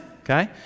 okay